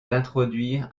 d’introduire